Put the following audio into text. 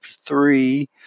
three